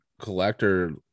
collector